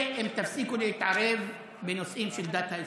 אם תפסיקו להתערב בנושאים של דת האסלאם.